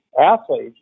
athletes